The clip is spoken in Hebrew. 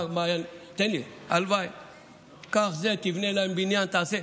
תן לי, הלוואי, קח, תבנה להם בניין, תעשה.